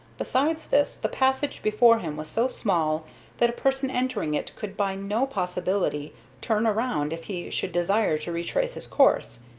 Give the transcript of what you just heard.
besides this, the passage before him was so small that a person entering it could by no possibility turn around if he should desire to retrace his course.